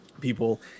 people